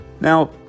now